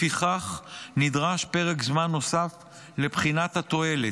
לפיכך, נדרש פרק זמן נוסף לבחינת התועלת.